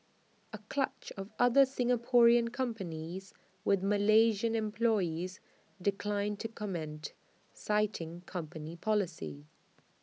A clutch of other Singaporean companies with Malaysian employees declined to comment citing company policy